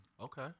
Okay